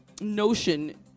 notion